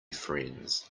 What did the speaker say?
friends